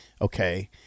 Okay